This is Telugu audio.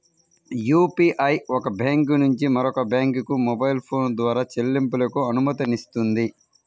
యూపీఐ ఒక బ్యాంకు నుంచి మరొక బ్యాంకుకు మొబైల్ ఫోన్ ద్వారా చెల్లింపులకు అనుమతినిస్తుంది